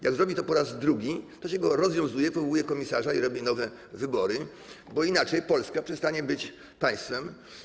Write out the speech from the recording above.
Jak zrobi to po raz drugi, to się go rozwiązuje, powołuje komisarza i robi nowe wybory, bo inaczej Polska przestanie być państwem.